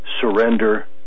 surrender